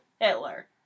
Hitler